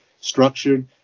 structured